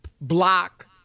block